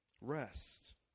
rest